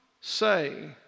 say